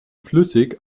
flüssig